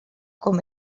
com